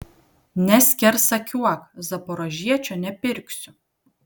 neskersakiuok zaporožiečio nepirksiu